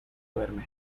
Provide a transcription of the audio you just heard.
duerme